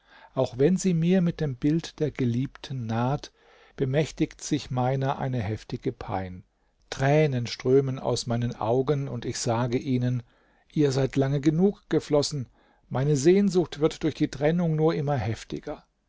auch wenn sie mir mit dem bild der geliebten naht bemächtigt sich meiner eine heftige pein tränen strömen aus meinen augen und ich sage ihnen ihr seid lange genug geflossen meine sehnsucht wird durch die trennung nur immer heftiger